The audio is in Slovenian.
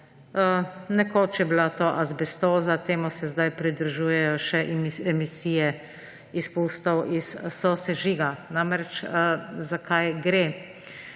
Nekoč je bila to azbestoza, temu se zdaj pridružujejo še emisije izpustov iz sosežiga. Za kaj gre?